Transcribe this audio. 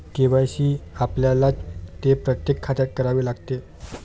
KYC आपल्याला ते प्रत्येक खात्यात करावे लागते